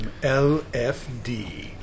LFD